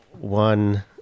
one